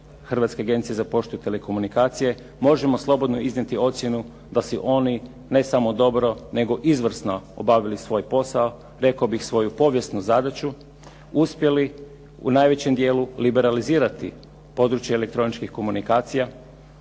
Hrvatske agencije za poštu i telekomunikacije možemo slobodno iznijeti ocjenu da su oni ne samo dobro nego izvrsno obavili svoj posao, rekao bih svoju povijesnu zadaću, uspjeli u najvećem dijelu liberalizirati područje elektroničkih komunikacija